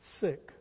sick